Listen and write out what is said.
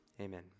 Amen